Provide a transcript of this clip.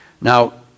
Now